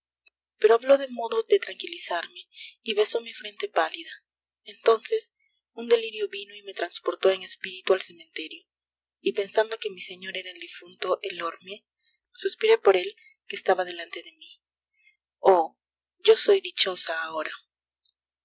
pero habló de modo de tranquilizarme y besó mi frente pálida entonces un delirio vino y me transportó en espíritu al cementerio y pensando que mi señor era el difunto elormie suspiré por él que estaba delante de mi oh yo soy dichosa